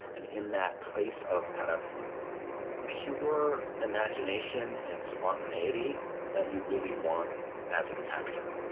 and in that place of kind of pure imagination and spontaneity that you really want as an actor.